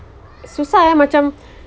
susah eh macam